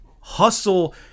hustle –